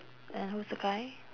and who's the guy